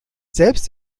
selbst